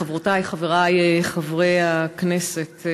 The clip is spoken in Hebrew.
חברותי וחברי חברי הכנסת,